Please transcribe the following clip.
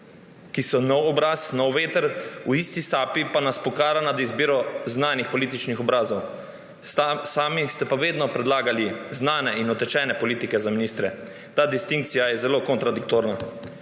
ki so nov obraz, nov veter, v isti sapi pa nas pokara nad izbiro znanih političnih obrazov, sami ste pa vedno predlagali znane in utečene politike za ministre. Ta distinkcija je zelo kontradiktorna.